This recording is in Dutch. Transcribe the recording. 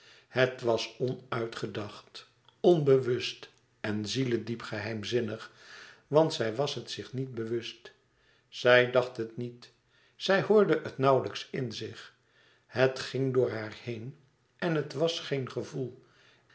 het was onuitgedacht onbewust en zielediep geheimzinnig want zij was het zich niet bewust zij dacht het niet zij hoorde het nauwlijks in zich et ging door haar heen en het was geen gevoel